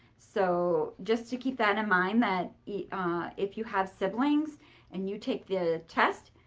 so just to keep that in mind that if you have siblings and you take the test,